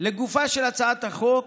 לגופה של הצעת החוק